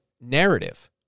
narrative